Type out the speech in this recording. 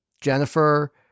Jennifer